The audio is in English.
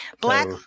Black